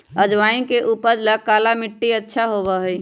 अजवाइन के उपज ला काला मट्टी अच्छा होबा हई